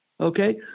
okay